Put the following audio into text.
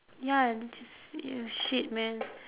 ya uh shit man